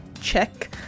check